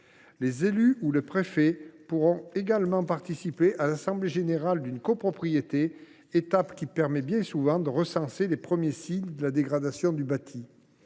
le préfet ou leurs représentants pourront également participer à l’assemblée générale d’une copropriété, étape qui permet bien souvent de recenser les premiers signes de la dégradation du bâti.